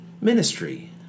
ministry